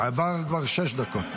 עברו כבר שש דקות.